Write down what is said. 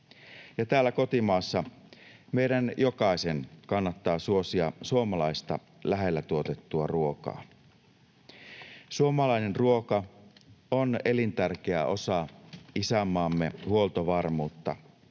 täällä kotimaassa meidän jokaisen kannattaa suosia suomalaista, lähellä tuotettua ruokaa. Suomalainen ruoka on elintärkeä osa isänmaamme huoltovarmuutta.